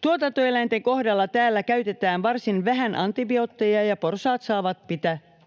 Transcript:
Tuotantoeläinten kohdalla täällä käytetään varsin vähän antibiootteja ja porsaat saavat pitää